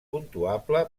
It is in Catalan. puntuable